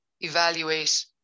evaluate